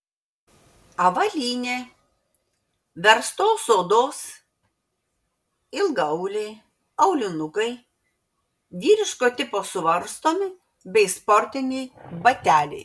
avalynė verstos odos ilgaauliai aulinukai vyriško tipo suvarstomi bei sportiniai bateliai